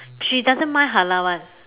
she doesn't mind halal [one]